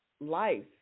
life